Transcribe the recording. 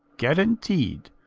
guaranteed.